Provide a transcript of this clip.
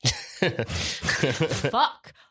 Fuck